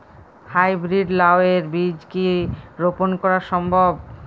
High breed লাও এর বীজ কি রোপন করা সম্ভব?